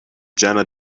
jena